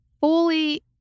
fully